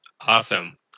Awesome